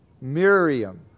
Miriam